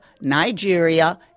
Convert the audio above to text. Nigeria